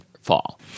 fall